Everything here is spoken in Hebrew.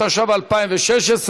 התשע"ו 2016,